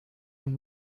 him